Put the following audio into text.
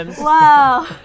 Wow